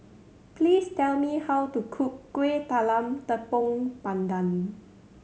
please tell me how to cook Kueh Talam Tepong Pandan